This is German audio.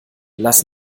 lass